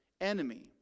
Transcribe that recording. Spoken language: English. enemy